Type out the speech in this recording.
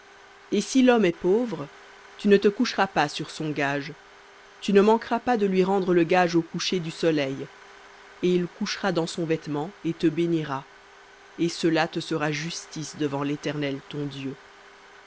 et si l'homme est pauvre tu ne te coucheras pas sur son gage tu ne manqueras pas de lui rendre le gage au coucher du soleil et il couchera dans son vêtement et te bénira et cela te sera justice devant l'éternel ton dieu